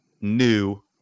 new